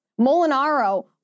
Molinaro